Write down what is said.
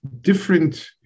different